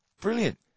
Brilliant